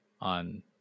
on